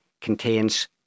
contains